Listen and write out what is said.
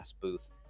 booth